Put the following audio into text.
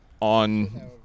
on